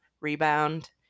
rebound